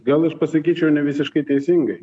gal aš pasakyčiau ne visiškai teisingai